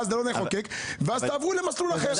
ואז לא לחוקק ואז תעברו למסלול אחר.